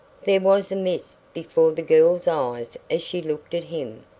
there was a mist before the girl's eyes as she looked at him.